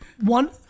one